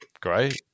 Great